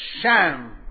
sham